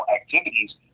activities